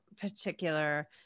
particular